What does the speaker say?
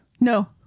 no